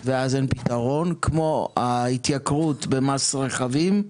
ואז אין פתרון, כמו ההתייקרות במס רכבים,